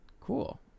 cool